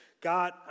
God